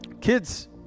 Kids